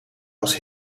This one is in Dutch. was